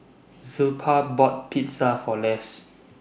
Zilpah bought Pizza For Less